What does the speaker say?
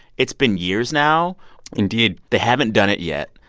it's been years now indeed they haven't done it yet.